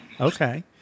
Okay